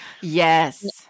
yes